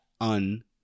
un